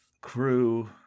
crew